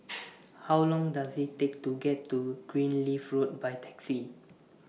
How Long Does IT Take to get to Greenleaf Road By Taxi